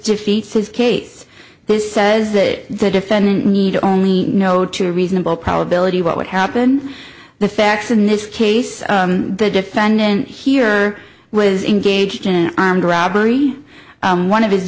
defeats his case this says that the defendant need only know two reasonable probability what would happen the facts in this case the defendant here was engaged in an armed robbery one of his